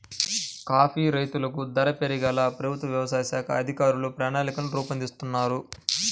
coffee రైతులకు ధర పెరిగేలా ప్రభుత్వ వ్యవసాయ శాఖ అధికారులు ప్రణాళికలు రూపొందిస్తున్నారు